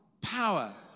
power